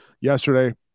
yesterday